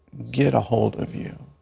get a hold of you.